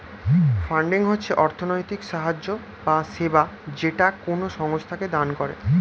funding হচ্ছে অর্থনৈতিক সাহায্য বা সেবা যেটা কোনো সংস্থাকে দান করে